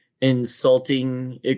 insulting